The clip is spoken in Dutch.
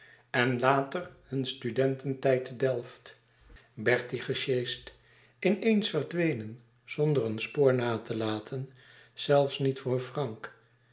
en later hun studententijd te delft bertie gesjeesd in eens verdwenen zonder een spoor na te laten zelfs niet voor frank